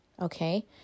Okay